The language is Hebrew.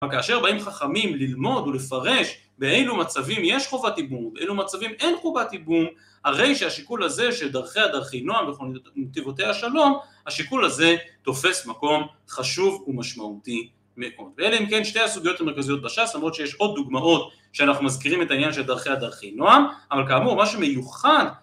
אבל כאשר באים חכמים ללמוד ולפרש באילו מצבים יש חובת ייבום ואילו מצבים אין חובת ייבום, הרי שהשיקול הזה של דרכיה דרכי נועם וכל נתיבותיה שלום, השיקול הזה תופס מקום חשוב ומשמעותי מאוד. ואלה עם כן שתי הסוגיות המרכזיות בש"ס למרות שיש עוד דוגמאות שאנחנו מזכירים את העניין של דרכיה דרכי נועם, אבל כאמור מה שמיוחד